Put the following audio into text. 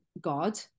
God